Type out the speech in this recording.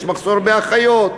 יש מחסור באחיות,